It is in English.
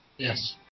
Yes